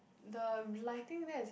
the relighting there is